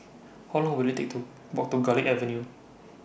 How Long Will IT Take to Walk to Garlick Avenue